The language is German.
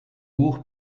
buch